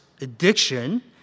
addiction